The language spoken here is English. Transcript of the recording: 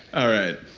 all right.